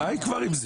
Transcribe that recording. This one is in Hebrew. די כבר עם זה...